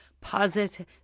positive